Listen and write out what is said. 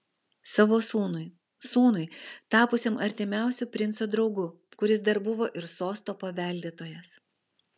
savo sūnui sūnui tapusiam artimiausiu princo draugu kuris dar buvo ir sosto paveldėtojas